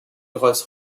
rolls